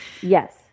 Yes